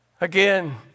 Again